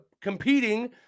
competing